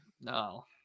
No